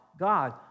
God